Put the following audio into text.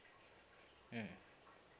mm